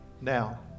now